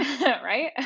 Right